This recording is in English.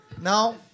Now